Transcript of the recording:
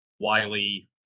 Wiley